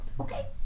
Okay